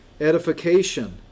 Edification